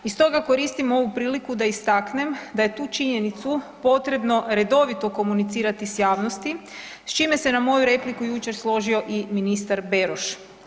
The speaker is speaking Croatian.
I stoga koristim ovu priliku da istaknem da je tu činjenicu potrebno redovito komunicirati sa javnosti s čime se na moju repliku jučer složio i ministar Beroš.